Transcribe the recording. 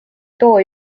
too